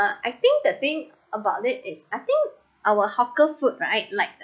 uh I think the thing about it is I think our hawker food right like